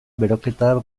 beroketa